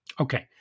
Okay